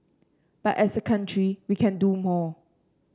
but as a country we can do more